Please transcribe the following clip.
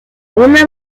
una